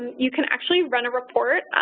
you can actually run a report.